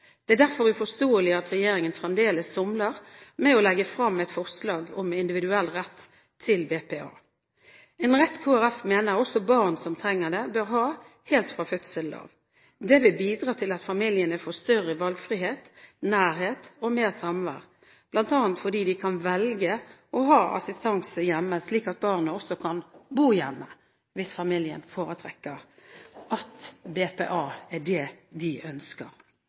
Det er derfor uforståelig at regjeringen fremdeles somler med å legge fram et forslag om individuell rett til brukerstyrt personlig assistanse, BPA – en rett Kristelig Folkeparti mener barn som trenger det, bør ha helt fra fødselen av. Det vil bidra til at familiene får større valgfrihet, nærhet og mer samvær, bl.a. fordi de kan velge å ha assistanse hjemme, slik at barnet også kan bo hjemme hvis familien foretrekker det, hvis det er BPA de ønsker.